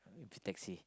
taxi